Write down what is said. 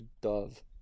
dove